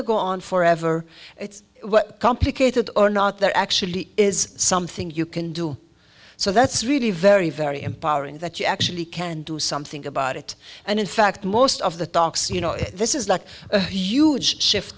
to go on forever it's complicated or not there actually is something you can do so that's really very very empowering that you actually can do something about it and in fact most of the talks you know this is like a huge shift